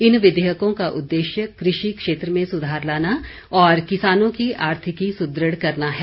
इन विधेयकों का उद्देश्य कृषि क्षेत्र में सुधार लाना और किसानों की आर्थिकी सुदृढ़ करना है